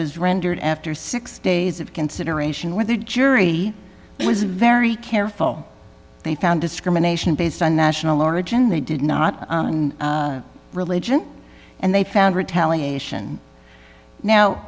was rendered after six days of consideration where the jury was very careful they found discrimination based on national origin they did not religion and they found retaliation now